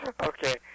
Okay